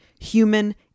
Human